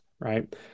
right